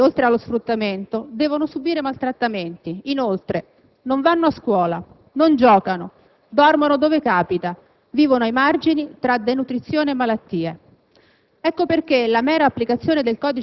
I bambini mendicanti sui marciapiedi, oltre allo sfruttamento, devono subire maltrattamenti. Inoltre, non vanno a scuola, non giocano, dormono dove capita, vivono ai margini tra denutrizione e malattie.